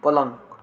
पलङ्